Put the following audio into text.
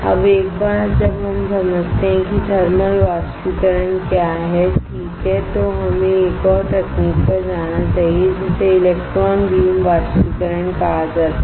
अब एक बार जब हम समझते हैं कि थर्मल बाष्पीकरण क्या है ठीक है तो हमें एक और तकनीक पर जाना चाहिए जिसे इलेक्ट्रॉन बीम वाष्पीकरण कहा जाता है